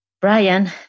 Brian